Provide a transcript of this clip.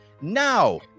Now